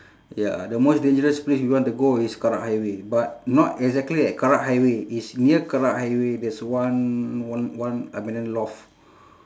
ya the most dangerous place we want to go is karak highway but not exactly at karak highway it's near karak highway there's one one one abandoned loft